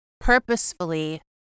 purposefully